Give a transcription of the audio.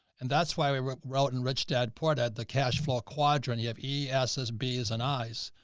and that's why we wrote wrote in rich dad, poor dad, the cashflow quadrant, you have e s as b as an ise,